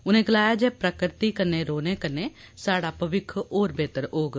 उनें गलाया जे प्रक्रिति कन्नै रौहने कन्नै स्हाड़ा भविक्ख होर बेहतर होग